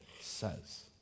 says